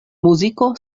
muziko